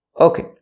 Okay